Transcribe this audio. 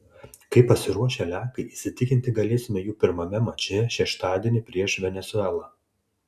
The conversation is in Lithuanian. kaip pasiruošę lenkai įsitikinti galėsime jų pirmame mače šeštadienį prieš venesuelą